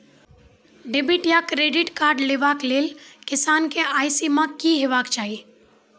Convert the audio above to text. Debit या credit card लेवाक लेल किसानक आय सीमा की हेवाक चाही?